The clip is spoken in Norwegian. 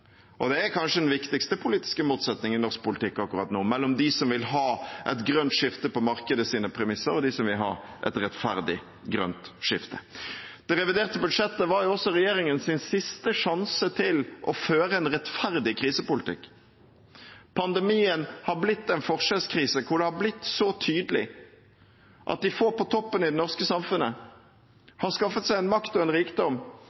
og kanskje den viktigste politiske motsetningen i norsk politikk akkurat nå er mellom dem som vil ha et grønt skifte på markedets premisser, og dem som vil ha et rettferdig grønt skifte. Det reviderte budsjettet var også regjeringens siste sjanse til å føre en rettferdig krisepolitikk. Pandemien har blitt en forskjellskrise, hvor det er blitt svært tydelig at de få på toppen i det norske samfunnet har skaffet seg makt og rikdom